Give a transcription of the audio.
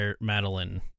Madeline